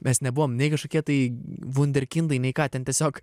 mes nebuvom nei kažkokie tai vunderkindai nei ką ten tiesiog